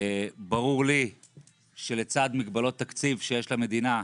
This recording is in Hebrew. ברור לי שלצד מגבלות תקציב שיש למדינה,